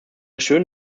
schön